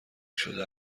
شده